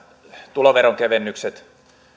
tuloveron kevennykset